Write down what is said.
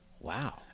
Wow